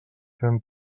fem